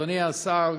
אדוני השר,